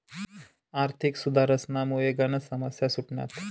आर्थिक सुधारसनामुये गनच समस्या सुटण्यात